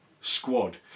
squad